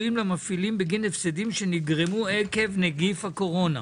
פיצויים למפעילים בגין הפסדים שנגרמו עקב נגיף הקורונה.